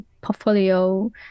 portfolio